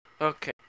Okay